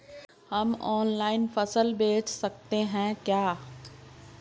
हम ऑनलाइन फसल बेच सकते हैं क्या?